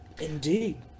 indeed